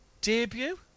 debut